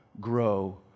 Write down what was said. grow